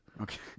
Okay